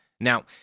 Now